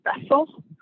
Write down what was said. vessel